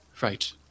Right